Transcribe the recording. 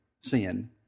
sin